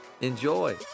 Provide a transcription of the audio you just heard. Enjoy